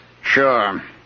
Sure